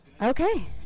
okay